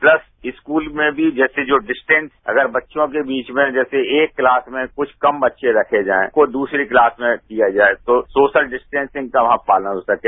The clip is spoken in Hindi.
प्लस स्कूल में भी जो जैसे जो डिस्टेंस अगर बच्चों के बीच में जैसे एक क्लास में कुछ कम बच्चे रखे जाये तो दूसरी क्लास में किया जाये तो सोशन डिस्टेंसिंग का वहां पालन करके